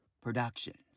productions